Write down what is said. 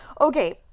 okay